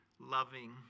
loving